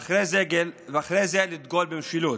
ואחרי זה לדגול במשילות.